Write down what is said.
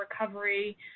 recovery